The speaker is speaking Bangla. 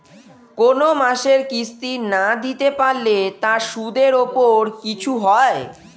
কোন মাসের কিস্তি না দিতে পারলে তার সুদের উপর কিছু হয়?